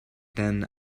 then